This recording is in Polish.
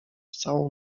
całą